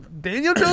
Daniel